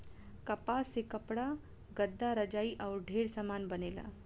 कपास से कपड़ा, गद्दा, रजाई आउर ढेरे समान बनेला